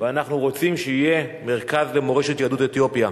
ואנחנו רוצים שיהיה מרכז למורשת יהדות אתיופיה.